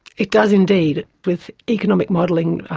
it does indeed. with economic modelling,